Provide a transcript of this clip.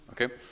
Okay